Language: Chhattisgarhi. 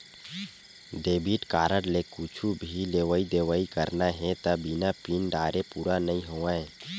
डेबिट कारड ले कुछु भी लेवइ देवइ करना हे त बिना पिन डारे पूरा नइ होवय